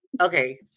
Okay